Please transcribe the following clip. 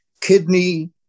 kidney